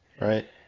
Right